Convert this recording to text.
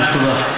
תודה.